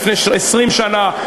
לפני 20 שנה,